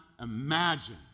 imagine